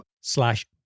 slash